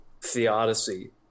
theodicy